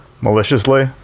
maliciously